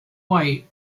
white